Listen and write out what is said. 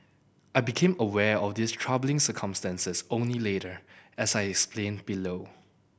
I became aware of these troubling circumstances only later as I explain below